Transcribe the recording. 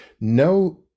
No